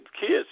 kids